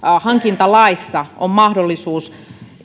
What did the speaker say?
hankintalaissa on mahdollisuus